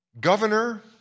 governor